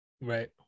Right